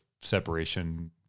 separation